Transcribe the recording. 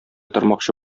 тормакчы